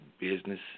business